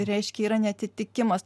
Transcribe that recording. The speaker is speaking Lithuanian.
reiškia yra neatitikimas